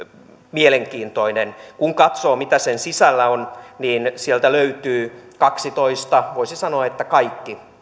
mielenkiintoinen kun katsoo mitä sen sisällä on niin sieltä löytyy kaksitoista voisi sanoa kaikki